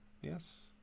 Yes